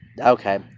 Okay